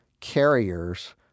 carriers